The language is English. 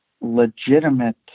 legitimate